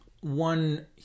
One